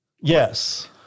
Yes